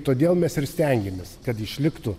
todėl mes ir stengiamės kad išliktų